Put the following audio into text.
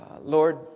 Lord